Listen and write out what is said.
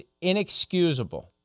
inexcusable